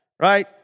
right